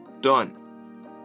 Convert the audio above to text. done